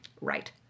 right